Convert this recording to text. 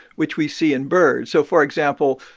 which we see in birds. so, for example,